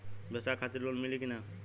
ब्यवसाय खातिर लोन मिली कि ना?